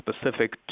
specific